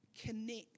connect